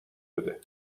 بده